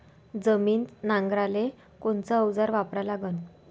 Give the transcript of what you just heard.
जमीन नांगराले कोनचं अवजार वापरा लागन?